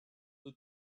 the